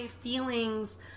feelings